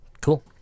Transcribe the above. cool